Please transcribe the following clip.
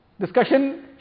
discussion